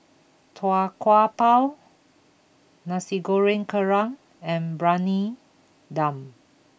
Tau Kwa Pau Nasi Goreng Kerang and Briyani Dum